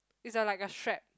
is a like a strap